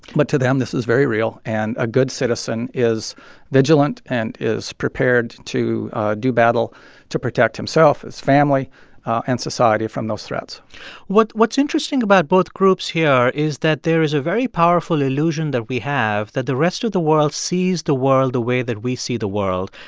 but to them, this is very real. and a good citizen is vigilant and is prepared to do battle to protect himself, his family and society from those threats what's what's interesting about both groups here is that there is a very powerful powerful illusion that we have that the rest of the world sees the world the way that we see the world.